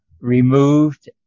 removed